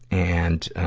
and ah,